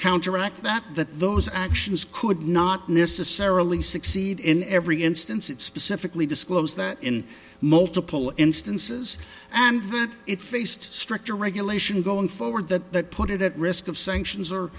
counteract that that those actions could not necessarily succeed in every instance it specifically disclosed that in multiple instances and that it faced stricter regulation going forward that put it at risk of sanctions or